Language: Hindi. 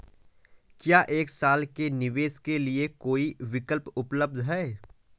क्या एक साल के निवेश के लिए कोई विकल्प उपलब्ध है?